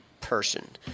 person